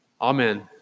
Amen